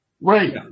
right